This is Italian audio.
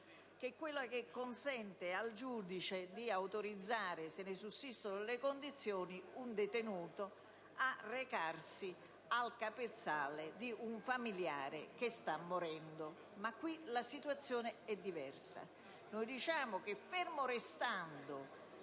n. 354, che consente al giudice di autorizzare, se ne sussistono le condizioni, un detenuto a recarsi al capezzale di un familiare che sta morendo. Ma qui la situazione è diversa. Noi diciamo che, fermo restando